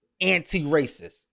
anti-racist